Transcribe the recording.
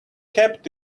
kept